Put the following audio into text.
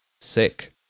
sick